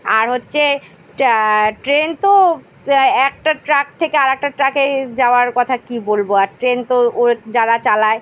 আর হচ্ছে টা ট্রেন তো একটা ট্র্যাক থেকে আর একটা ট্র্যাকে যাওয়ার কথা কী বলব আর ট্রেন তো ও যারা চালায়